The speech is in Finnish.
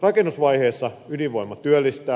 rakennusvaiheessa ydinvoima työllistää